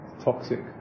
toxic